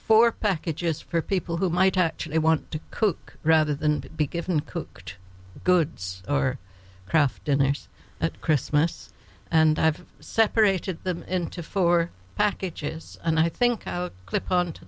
for packages for people who might want to cook rather than be given cooked goods or kraft dinners at christmas and i've separated them into four packages and i think clip on to